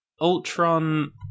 Ultron